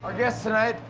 our guests tonight,